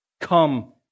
Come